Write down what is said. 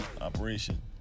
operation